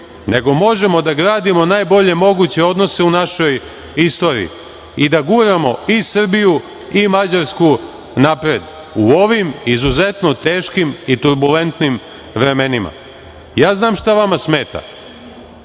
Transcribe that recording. nego možemo da gradimo najbolje moguće odnose u našoj istoriji i da guramo i Srbiju i Mađarsku napred u ovim izuzetno teškim i turbulentnim vremenima. Znam šta vama smeta,